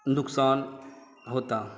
नुक़सान होता